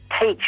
teach